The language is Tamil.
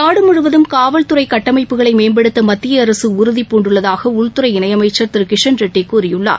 நாடு முழுவதும் காவல்துறை கட்டமைப்புகளை மேம்படுத்த மத்திய அரசு உறுதிபூண்டுள்ளதாக உள்துறை இணையமைச்சர் திரு கிஷன்ரெட்டி கூறியுள்ளார்